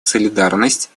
солидарность